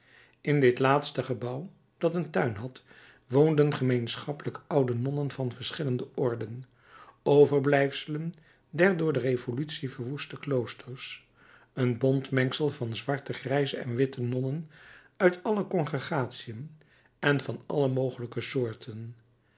in dit laatste gebouw dat een tuin had woonden gemeenschappelijk oude nonnen van verschillende orden overblijfselen der door de revolutie verwoeste kloosters een bont mengsel van zwarte grijze en witte nonnen uit alle congregatiën en van alle mogelijke soorten